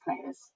players